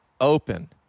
open